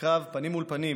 בקרב פנים מול פנים